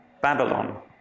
Babylon